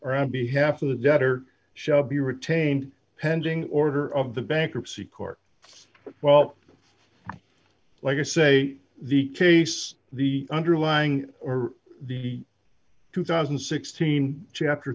around the half of the debtor shall be retained pending order of the bankruptcy court well like i say the case the underlying or the two thousand and sixteen chapter